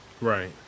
Right